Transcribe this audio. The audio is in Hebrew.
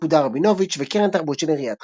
רבינוביץ וקרן תרבות של עיריית חיפה.